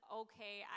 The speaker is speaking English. okay